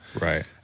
Right